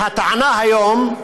והטענה היום,